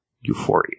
euphoria